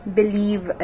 believe